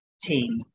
team